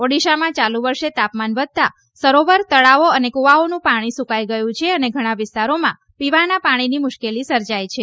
ઓડિશામાં ચાલુ વર્ષે તાપમાન વધતા સરોવર તળાવો અને કુવાનું પાણી સુકાઇ ગયું છે અને ઘણા વિસ્તારોમાં પીવાના પાણીની મુશ્કેલી સર્જાઇ છે